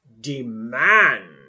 demand